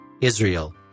Israel